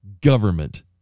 government-